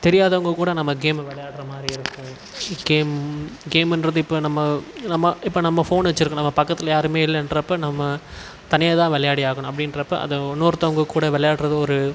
தெரியாதவங்க கூட நம்ம கேமை விளையாடுற மாதிரி இருக்கும் கேம் கேமுன்றது இப்போ நம்ம நம்ம இப்போ நம்ம ஃபோனு வெச்சுருக்கோம் நம்ம பக்கத்தில் யாருமே இல்லைன்றப்ப நம்ம தனியாக தான் விளையாடி ஆகணும் அப்படின்றப்ப அதை இ ன்னொருத்தவங்க கூட விளையாடுறது ஒரு